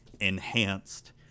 enhanced